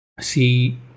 See